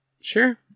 Sure